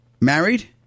married